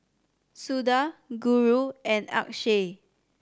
Suda Guru and Akshay